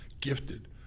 gifted